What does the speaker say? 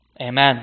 Amen